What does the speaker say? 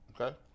Okay